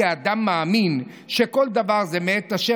כאדם שמאמין שכל דבר זה מאת ה',